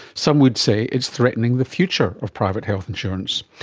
some would say it is threatening the future of private health insurance.